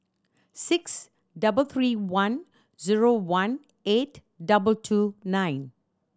six double three one zero one eight double two nine